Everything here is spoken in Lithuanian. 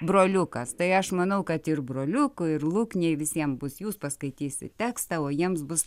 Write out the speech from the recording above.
broliukas tai aš manau kad ir broliukui ir luknei visiem bus jūs paskaitysit tekstą o jiems bus